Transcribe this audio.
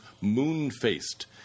moon-faced